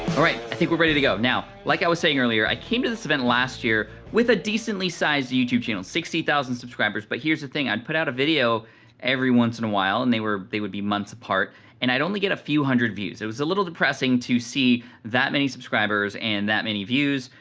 all right, i think we're ready to go. now, like i was saying earlier, i came to this event last year with a decently-sized youtube channel, sixty thousand subscribers. but here's the thing, i'd put out a video every once in a while and they would be months apart and i'd only get a few hundred views. it was a little depressing to see that many subscribers and that many views,